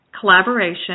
collaboration